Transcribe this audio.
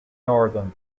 northern